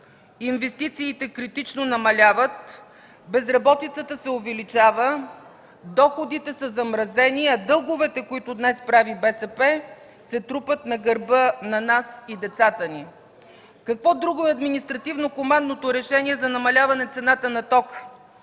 инвестициите критично намаляват, безработицата се увеличава, доходите са замразени, а дълговете, които днес прави БСП, се трупат на гърба на нас и децата ни. Какво друго е административно-командното решение за намаляване цената на тока?